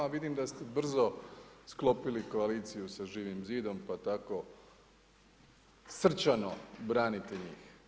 Vidim da ste brzo sklopili koaliciju sa Živim zidom, pa tako srčano branite njih.